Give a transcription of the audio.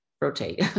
rotate